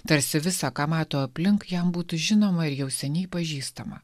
tarsi visa ką mato aplink jam būtų žinoma ir jau seniai pažįstama